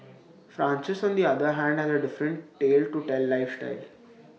Francis on the other hand has A different tale to tell lifestyle